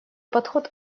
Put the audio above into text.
подход